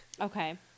Okay